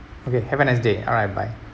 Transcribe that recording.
okay have a nice day alright bye